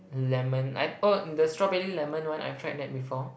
lemon I oh the strawberry lemon one I've tried that before